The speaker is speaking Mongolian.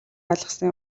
ойлгосон